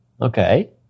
Okay